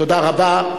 תודה רבה.